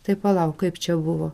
tai palauk kaip čia buvo